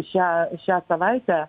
šią šią savaitę